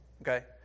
okay